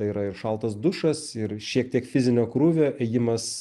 yra ir šaltas dušas ir šiek tiek fizinio krūvio ėjimas